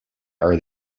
are